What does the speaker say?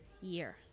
year